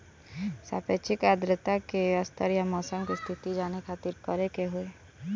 सापेक्षिक आद्रता के स्तर या मौसम के स्थिति जाने खातिर करे के होई?